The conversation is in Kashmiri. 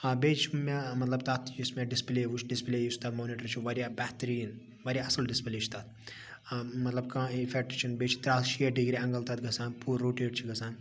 بیٚیہِ چھ مےٚ مَطلَب تتھ یُس مےٚ ڈِسپلے وٕچھ ڈِسپلے یُس تتھ مونِٹَر چھُ واریاہ بہتریٖن واریاہ اصل ڈِسپلے چھُ تتھ مَطلَب کانٛہہ اِفیٚکٹ چھُ نہٕ بیٚیہِ چھُ ترےٚ ہتھ شیٹھ ڈِگری ایٚنٛگل تتھ گَسان پوٗرٕ روٹیٹ چھُ گَژھان